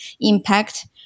impact